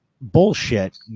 bullshit